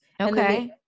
Okay